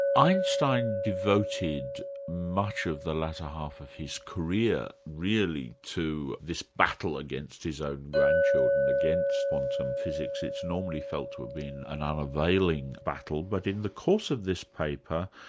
einstein devoted much of the latter half of his career really to this battle against his own grandchildren, against quantum physics. it's normally felt to have been an ah unavailing battle, but in the course of this paper,